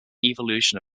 evolution